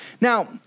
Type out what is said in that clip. Now